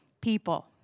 people